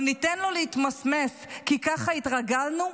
אבל ניתן לו להתמסמס כי ככה התרגלנו,